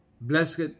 Blessed